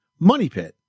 MONEYPIT